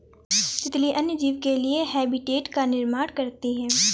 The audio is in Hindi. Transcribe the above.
तितली अन्य जीव के लिए हैबिटेट का निर्माण करती है